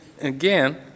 Again